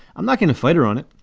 i'm not going to fight her on it.